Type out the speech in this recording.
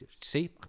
See